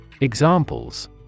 examples